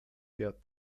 der